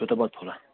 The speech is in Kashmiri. کھیٚوتھا بتہٕ فولا